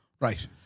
Right